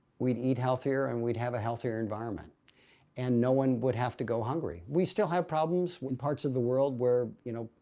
we'd eat healthier and we'd have a healthier environment and no one would have to go hungry. we still have problems in parts of the world, where you know,